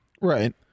right